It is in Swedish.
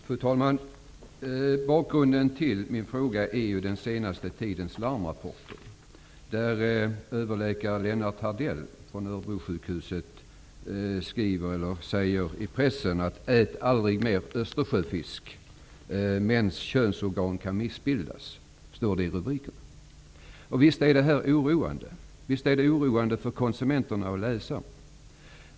Fru talman! Bakgrunden till min fråga är den senaste tidens larmrapporter. Överläkare Lennart Hardell från regionsjukhuset i Örebro skriver i pressen: Ät aldrig mer Östersjöfisk! Mäns könsorgan kan missbildas. Visst är detta oroande för konsumenterna och läsarna.